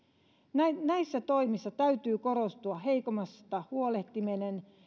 näissä näissä toimissa täytyy korostua heikoimmasta huolehtiminen